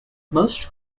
most